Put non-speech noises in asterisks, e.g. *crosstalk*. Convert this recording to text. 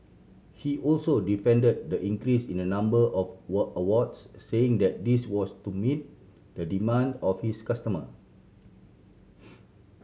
he also defend the increase in the number of *unintelligible* awards saying that this was to meet the demand of his customer